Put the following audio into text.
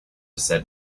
said